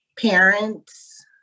parents